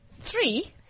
Three